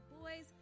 boys